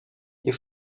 you